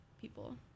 people